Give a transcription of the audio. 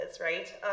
right